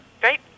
Great